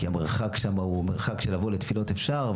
כי המרחק שם הוא מרחק של לבוא לתפילות אפשר,